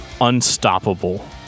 unstoppable